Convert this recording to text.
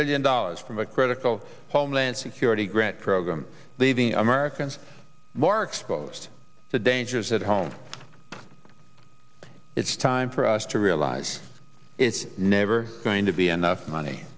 million dollars from a critical homeland security grant program leaving americans more exposed to dangers at home it's time for us to realize it's never going to be enough money